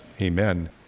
amen